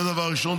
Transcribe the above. זה דבר ראשון.